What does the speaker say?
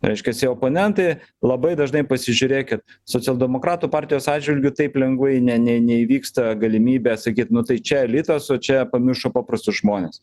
reiškiasi oponentai labai dažnai pasižiūrėkit socialdemokratų partijos atžvilgiu taip lengvai ne ne neįvyksta galimybė sakyt nu tai čia elitas o čia pamiršo paprastus žmones